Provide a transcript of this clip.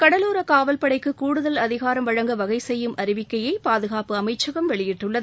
கடலோர காவல்படைக்கு கூடுதல் அதிகாரம் வழங்க வகை செய்யும் அறிவிக்கையை பாதுகாப்பு அமைச்சகம் வெளியிட்டுள்ளது